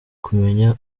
kumenya